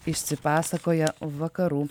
išsipasakoja vakarų